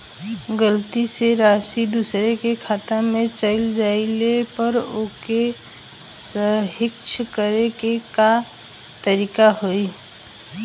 गलती से राशि दूसर के खाता में चल जइला पर ओके सहीक्ष करे के का तरीका होई?